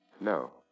No